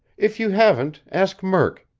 if you haven't, ask murk.